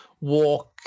walk